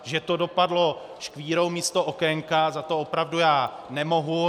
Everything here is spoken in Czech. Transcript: Že to dopadlo škvírou místo okénka, za to opravdu já nemohu.